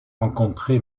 rencontré